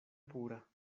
pura